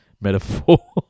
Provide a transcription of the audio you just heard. metaphor